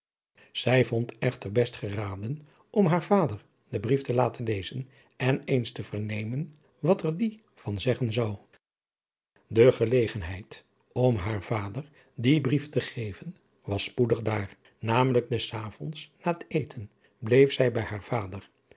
zij vond echter best geraden om haar vader den brief te laten lezen en eens te vernemen wat er die van zeggen zou de gelegenheid om haar vader dien brief te geven was spoedig daar namelijk des s avonds na het eten bleef zij bij haar vader